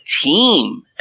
team